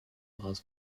has